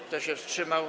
Kto się wstrzymał?